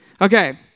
Okay